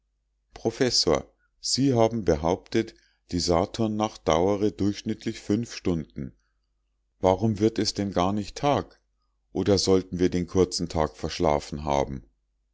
professor sie haben behauptet die saturnnacht dauere durchschnittlich stunden warum wird es denn gar nicht tag oder sollten wir den kurzen tag verschlafen haben